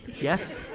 yes